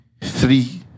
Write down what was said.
three